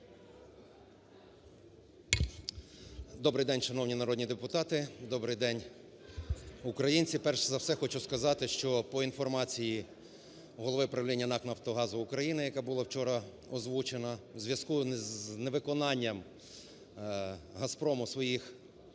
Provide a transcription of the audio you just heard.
Добрий день, шановні народні депутати! Добрий день, українці! Перш за все хочу сказати, що, по інформації голови правління НАК "Нафтогаз України", яка була вчора озвучена, у зв'язку з невиконанням "Газпромом" своїх